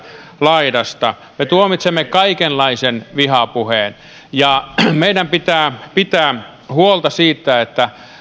laidasta me tuomitsemme kaikenlaisen vihapuheen ja meidän pitää pitää huolta siitä että